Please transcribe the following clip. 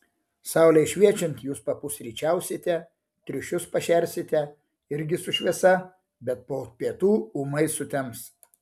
saulei šviečiant jūs papusryčiausite triušius pašersite irgi su šviesa bet po pietų ūmai sutems